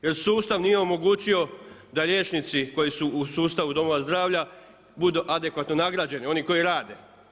Jer sustav nije omogućio da liječnici koji su u sustavu domova zdravlja budu adekvatno nagrađeni, oni koji rade.